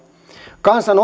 kansan